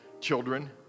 children